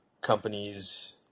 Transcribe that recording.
companies